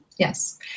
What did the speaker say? Yes